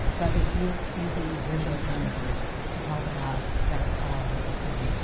but he's using using visual images to talk about that quality of sound.